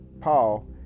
Paul